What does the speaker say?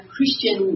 Christian